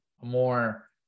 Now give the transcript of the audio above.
more